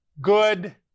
good